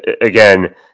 again